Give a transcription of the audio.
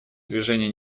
движения